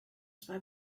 zwei